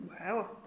Wow